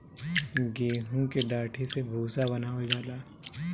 गेंहू की डाठी से भूसा बनावल जाला